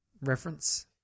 reference